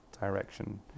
direction